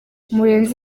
murenzi